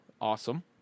Awesome